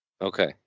Okay